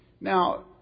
Now